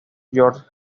george